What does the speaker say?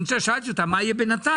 שאלתי אותה מה יהיה בינתיים,